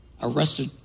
arrested